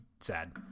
sad